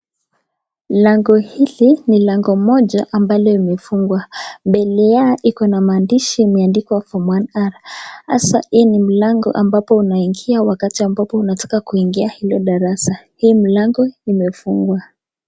Lango hili ni lango moja ambalo imefungwa. Mbele yao iko na maandishi imeandikwa Form 1R , hasa hii ni mlango ambapo unaingia wakati ambapo unataka kuingia hilo darasa. Hii mlango imefungwa.